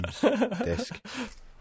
desk